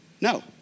No